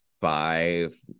five